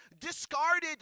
discarded